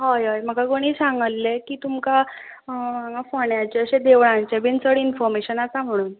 हय हय म्हाका कोणी सांगल्लें की तुमकां हांगां फोंडेच्या अशें देवळांचें बीन चड इनफॉर्मेशन आसा म्हुणून